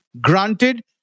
Granted